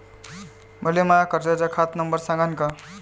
मले माया कर्जाचा खात नंबर सांगान का?